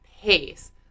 pace